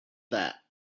that